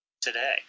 today